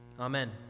Amen